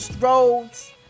Roads